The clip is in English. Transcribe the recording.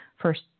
first